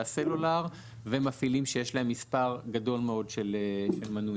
הסלולר ומפעילים שיש להם מספר גדול מאוד של מנויים.